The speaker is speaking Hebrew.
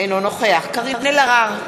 אינו נוכח קארין אלהרר,